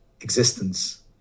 existence